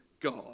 God